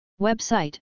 Website